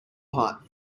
hot